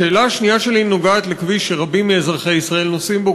השאלה השנייה שלי נוגעת לכביש שרבים מאזרחי ישראל נוסעים בו,